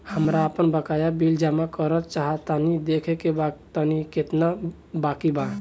हमरा आपन बाकया बिल जमा करल चाह तनि देखऽ के बा ताई केतना बाकि बा?